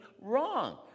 wrong